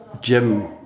Jim